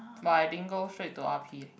but I didn't go straight to R_P eh